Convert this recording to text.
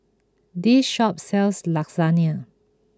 this shop sells Lasagne